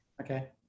Okay